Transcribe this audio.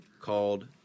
Called